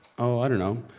oh, i dunno,